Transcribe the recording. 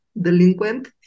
delinquent